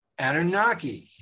Anunnaki